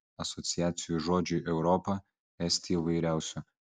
asociacijų žodžiui europa esti įvairiausių